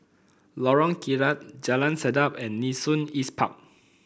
Lorong Kilat Jalan Sedap and Nee Soon East Park